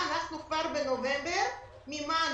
אנחנו כבר בנובמבר מימנו,